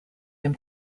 him